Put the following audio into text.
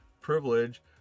privilege